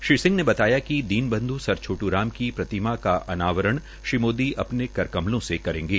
श्रीसिंह ने बताया कि दीनबंध् सर छोट्र राम की प्रतिमा का अनवारण श्री मोदी अपने कर कमलों से करेंगे